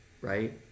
right